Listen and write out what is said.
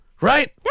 Right